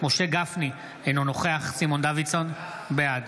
משה גפני, אינו נוכח סימון דוידסון, בעד